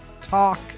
talk